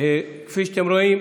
כפי שאתם רואים,